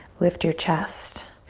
lift your chest,